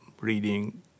reading